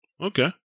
Okay